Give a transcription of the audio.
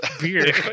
beer